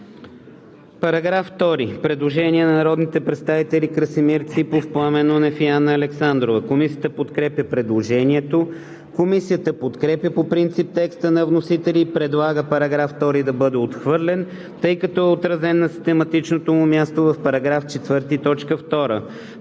По § 2 има предложение на народните представители Красимир Ципов, Пламен Нунев и Анна Александрова. Комисията подкрепя предложението. Комисията подкрепя по принцип текста на вносителя и предлага § 2 да бъде отхвърлен, тъй като е отразен на систематичното му място в § 4, т. 2.